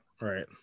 right